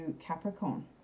Capricorn